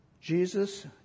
Jesus